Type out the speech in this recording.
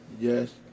Yes